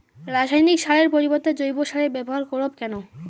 রাসায়নিক সারের পরিবর্তে জৈব সারের ব্যবহার করব কেন?